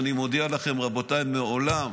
ואני מודיע לכם: רבותיי, מעולם